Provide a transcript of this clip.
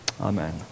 Amen